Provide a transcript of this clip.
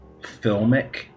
filmic